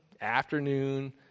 afternoon